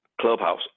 clubhouse